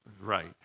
right